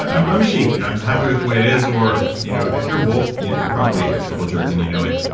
i'm a sheep. you know i'm happy with the way it is, or you know if you're a wolf, you're probably a total jerk, and you know it.